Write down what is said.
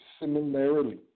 Similarly